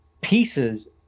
pieces